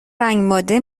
رنگماده